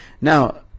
Now